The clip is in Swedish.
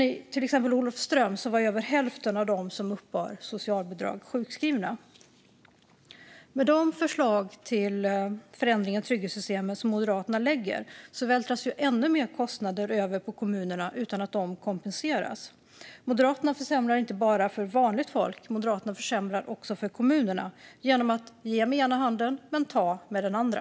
I till exempel Olofström var dock hälften av dem som uppbar socialbidrag sjukskrivna. Med de förslag till förändringar i trygghetssystemen som Moderaterna lägger fram vältras ju ännu mer kostnader över på kommunerna utan att de kompenseras. Moderaterna försämrar inte bara för vanligt folk, utan Moderaterna försämrar även för kommunerna genom att ge med ena handen men ta med den andra.